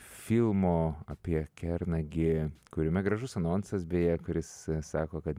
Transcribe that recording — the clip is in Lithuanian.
filmo apie kernagį kuriame gražus anonsas beje kur jis sako kad